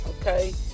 okay